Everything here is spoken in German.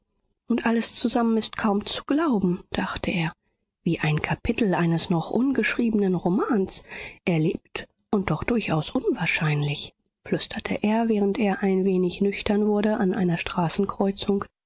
und alles zusammen ist kaum zu glauben dachte er wie ein kapitel eines noch ungeschriebenen romans erlebt und doch durchaus unwahrscheinlich flüsterte er während er ein wenig nüchtern wurde an einer straßenkreuzung